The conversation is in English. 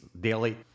daily